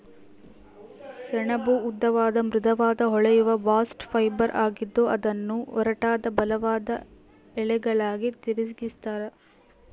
ಸೆಣಬು ಉದ್ದವಾದ ಮೃದುವಾದ ಹೊಳೆಯುವ ಬಾಸ್ಟ್ ಫೈಬರ್ ಆಗಿದ್ದು ಅದನ್ನು ಒರಟಾದ ಬಲವಾದ ಎಳೆಗಳಾಗಿ ತಿರುಗಿಸ್ತರ